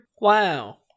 Wow